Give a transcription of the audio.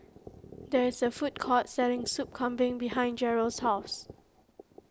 there is a food court selling Sup Kambing behind Jerrel's house